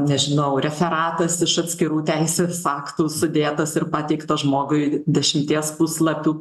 nežinau referatas iš atskirų teisės aktų sudėtas ir pateiktas žmogui dešimties puslapių